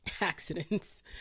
accidents